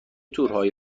تورهای